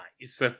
nice